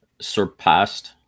surpassed